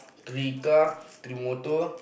three car three motor